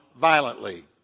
violently